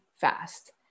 fast